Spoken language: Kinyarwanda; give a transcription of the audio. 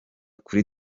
kuri